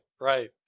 right